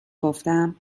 گفتم